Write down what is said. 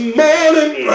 morning